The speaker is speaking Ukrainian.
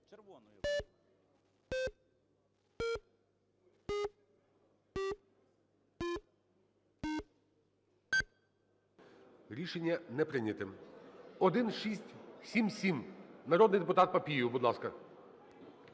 Рішення не прийнято. 1677. Народний депутат Папієв, будь ласка.